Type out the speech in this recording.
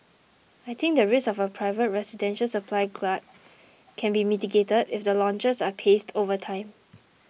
I think the risk of a private residential supply glut can be mitigated if the launches are paced over time